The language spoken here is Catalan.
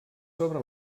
sobre